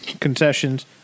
concessions